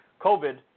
COVID